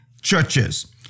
churches